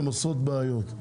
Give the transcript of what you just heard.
הם עושות בעיות.